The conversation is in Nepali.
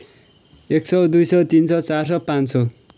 एक सौ दुई सौ तिन सौ चार सौ पाँच सौ